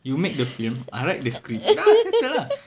you make the film I write the script dah settle ah